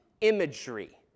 imagery